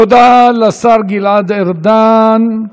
תודה לשר גלעד ארדן,